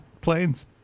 planes